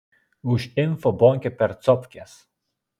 už info bonkė percovkės